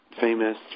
famous